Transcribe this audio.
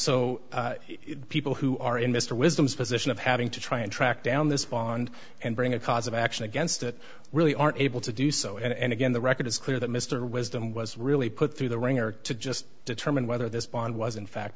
so people who are in mr wisdoms position of having to try and track down this bond and bring a cause of action against it really aren't able to do so and again the record is clear that mr wisdom was really put through the ringer to just determine whether this bond was in fact